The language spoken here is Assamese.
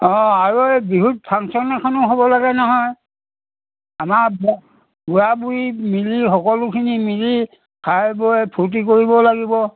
অঁ আৰু এই বিহুত ফাংচন এখনো হ'ব লাগে নহয় আমাৰ বুঢ়া বুঢ়ী মিলি সকলোখিনি মিলি খাই বৈ ফূৰ্তি কৰিব লাগিব